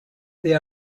they